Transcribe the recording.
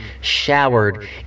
showered